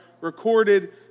recorded